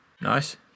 Nice